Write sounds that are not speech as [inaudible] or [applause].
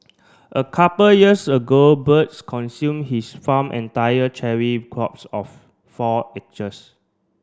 a couple years ago birds consume his farm entire cherry crops of four [unintelligible]